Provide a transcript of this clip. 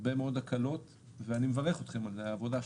הרבה מאוד הקלות ואני מברך אתכם על העבודה שלכם.